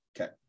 Okay